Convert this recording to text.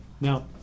Now